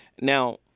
now